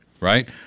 right